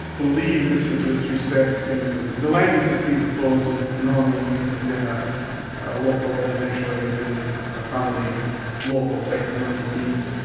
believe this is with respect to the land use that's being proposed is normally used within a local residential residential area to accommodate local-type commercial needs.